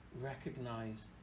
recognize